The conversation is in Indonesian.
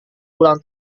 ulang